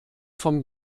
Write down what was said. vom